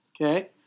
Okay